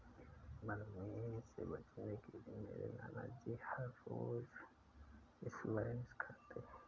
मधुमेह से बचने के लिए मेरे नानाजी हर रोज स्क्वैश खाते हैं